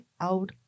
out